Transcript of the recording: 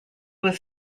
was